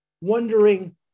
wondering